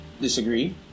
disagree